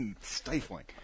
stifling